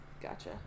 Gotcha